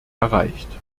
erreicht